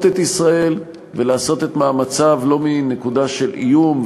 את ישראל ולעשות את מאמציו לא מנקודה של איום,